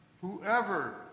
whoever